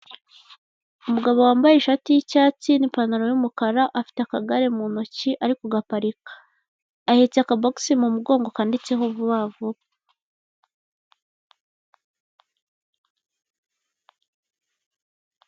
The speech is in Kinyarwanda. Umugabo wambaye ishati y'icyatsi n'ipantaro y'umukara afite akagare mu ntoki ari kugaparika. Ahetse akabogisi mu mugongo kanditseho Vuba vuba.